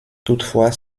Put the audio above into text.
toutefois